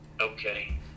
Okay